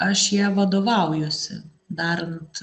aš ja vadovaujuosi darant